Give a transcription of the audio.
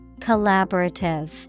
Collaborative